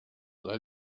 they